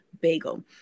bagel